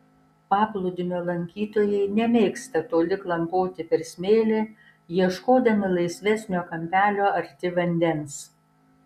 paplūdimio lankytojai nemėgsta toli klampoti per smėlį ieškodami laisvesnio kampelio arti vandens